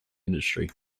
industry